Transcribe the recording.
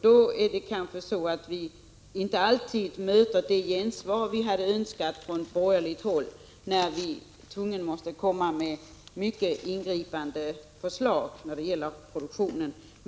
Vi socialdemokrater möter inte alltid ett gensvar från borgerligt håll, när det är nödvändigt att lägga fram mycket övergripande förslag i fråga om produktionen.